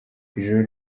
ijoro